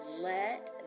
let